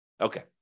Okay